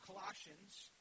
Colossians